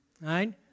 right